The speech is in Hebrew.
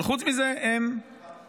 אבל חוץ מזה הם מוגנים.